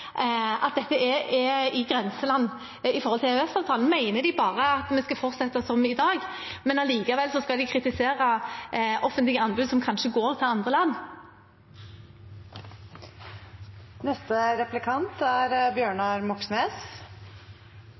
at dette er i grenseland i forhold til EØS-avtalen. Mener de bare at vi skal fortsette som i dag, men at de likevel skal kritisere offentlige anbud som kanskje går til andre land? Bakteppet her er